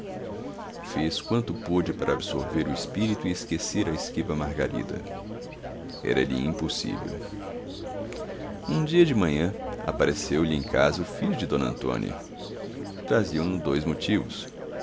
fez quanto pôde para absorver o espírito e esquecer a esquiva margarida era-lhe impossível um dia de manhã apareceu-lhe em casa o filho de d antônia traziam no dois motivos